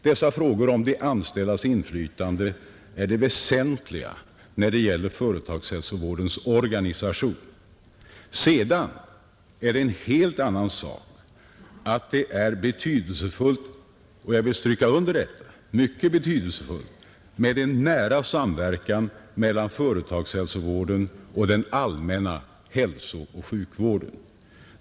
Dessa frågor om de anställdas inflytande är det väsentliga när det gäller företagshälsovårdens organisation, Sedan är det en helt annan sak att det är mycket betydelsefullt — och jag vill understryka detta — med en nära samverkan mellan företagshälsovården och den allmänna hälsooch sjukvården.